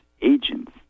agents